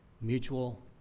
mutual